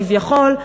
כביכול,